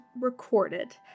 recorded